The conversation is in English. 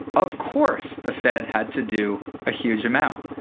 of course the fed had to do a huge amount.